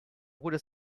wurde